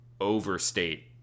overstate